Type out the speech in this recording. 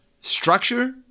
structure